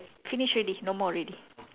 finish already no more already